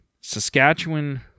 Saskatchewan